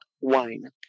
wine